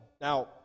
Now